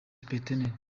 supt